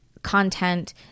content